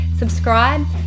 Subscribe